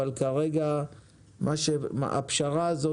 אבל כרגע הפשרה הזאת,